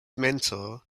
mentor